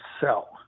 sell